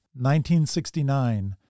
1969